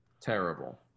Terrible